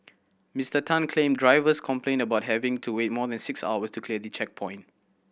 Mister Tan claimed drivers complained about having to wait more than six hours to clear the checkpoint